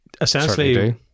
Essentially